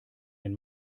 den